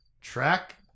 track